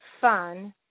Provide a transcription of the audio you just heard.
fun